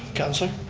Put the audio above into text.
councilor.